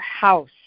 house